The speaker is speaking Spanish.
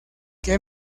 qué